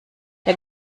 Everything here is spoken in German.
der